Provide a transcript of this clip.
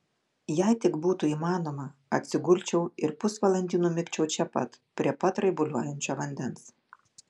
jei tik būtų įmanoma atsigulčiau ir pusvalandį numigčiau čia pat prie pat raibuliuojančio vandens